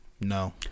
No